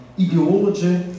ideology